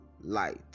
light